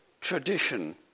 tradition